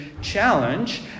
challenge